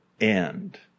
end